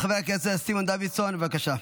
חבר הכנסת סימון דוידסון, בבקשה.